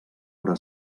hora